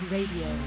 Radio